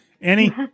Annie